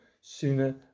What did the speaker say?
sooner